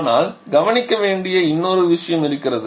ஆனால் கவனிக்க வேண்டிய இன்னொரு விஷயம் இருக்கிறது